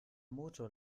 motor